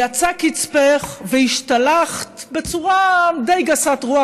יצא קצפך והשתלח בצורה די גסת רוח,